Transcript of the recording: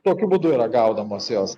tokiu būdu yra gaudomos jos